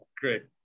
Great